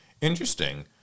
Interesting